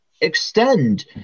extend